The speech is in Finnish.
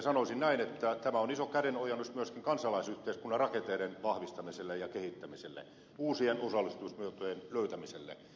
sanoisin näin että tämä on iso kädenojennus myöskin kansalaisyhteiskunnan rakenteiden vahvistamiselle ja kehittämiselle uusien osallistumismuotojen löytämiselle